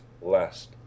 last